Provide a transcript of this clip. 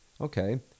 okay